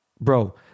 Bro